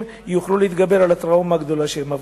יוכלו להתגבר על הטראומה הגדולה שהם עברו.